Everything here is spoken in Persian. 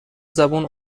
زبون